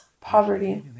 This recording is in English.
poverty